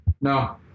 No